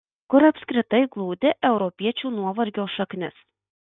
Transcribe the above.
kur apskritai glūdi europiečių nuovargio šaknis